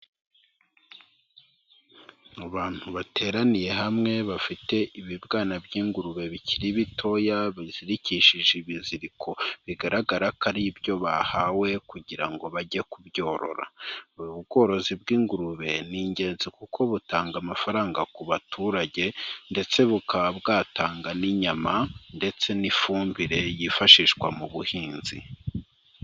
Mu bantu bateraniye hamwe bafite ibibwana by'ingurube bikiri bitoya, bizirikishije ibiziriko bigaragara ko ari ibyo bahawe kugira ngo bajye kubyorora. Ubworozi bw'ingurube ni ingenzi kuko butanga amafaranga ku baturage ndetse bukaba bwatanga n'inyama ndetse n'ifumbire yifashishwa mu buhinzi.